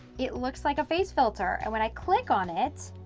it looks like a face filter and when i click on it,